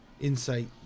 insight